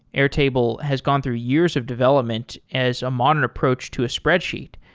airtable has gone through years of development as a modern approach to a spreadsheet.